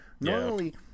Normally